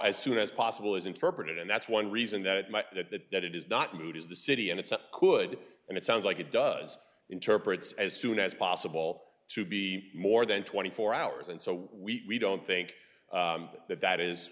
as soon as possible is interpreted and that's one reason that my that that it is not need is the city and it's a could and it sounds like it does interprets as soon as possible to be more than twenty four hours and so we don't think that that is